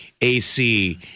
AC